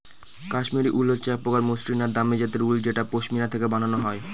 কাশ্মিরী উল হচ্ছে এক প্রকার মসৃন আর দামি জাতের উল যেটা পশমিনা থেকে বানানো হয়